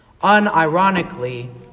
unironically